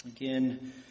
again